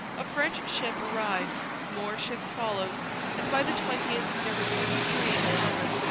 a french ship arrived more ships followed and by the twentieth there were twenty-three in the harbour,